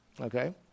Okay